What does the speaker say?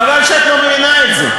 חבל שאת לא מבינה את זה.